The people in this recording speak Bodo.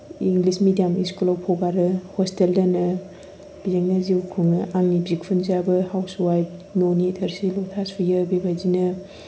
इंलिस मिडियाम स्कुलाव हगारो हस्टेल दोनो बेजोंनो जिउ खुङो आंनि बिखुनजोआबो हाउस वायफ न'नि थोरसि लथा सुयो बेबायदिनो